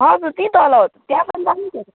हजुर त्यहीँ तल हो त त्यहाँ पनि दामी छ त